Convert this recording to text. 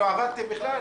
לא עבדתם בכלל?